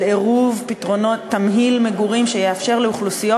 על עירוב פתרונות ותמהיל מגורים שיאפשר לאוכלוסיות